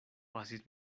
pasis